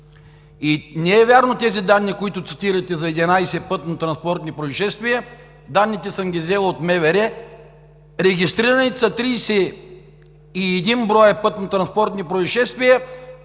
Не са верни данните, които цитирате за 11 пътнотранспортни произшествия – данните съм взел от МВР, регистрирани са 31 броя пътнотранспортни произшествия,